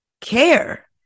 care